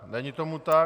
Není tomu tak.